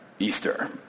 Easter